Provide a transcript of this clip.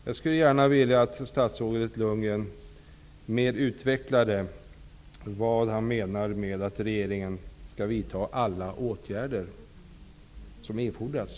Jag skulle gärna vilja att statsrådet Lundgren ytterligare utvecklade vad han menar med att regeringen skall vidta alla åtgärder som erfordras.